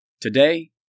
Today